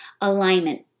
alignment